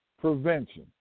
prevention